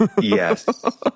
Yes